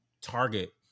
target